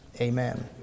Amen